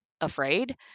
afraid